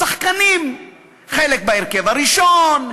שחקנים: חלק בהרכב הראשון,